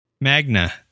Magna